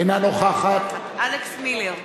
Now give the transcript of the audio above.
אינה נוכחת אלכס מילר,